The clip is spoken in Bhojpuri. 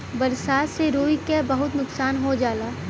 बरसात से रुई क बहुत नुकसान हो जाला